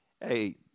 Hey